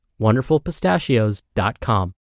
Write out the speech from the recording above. WonderfulPistachios.com